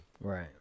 right